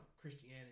Christianity